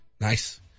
Nice